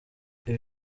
ibi